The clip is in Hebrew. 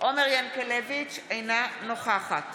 אינה נוכחת